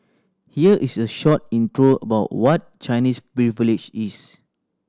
here is a short intro about what Chinese Privilege is